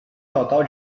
total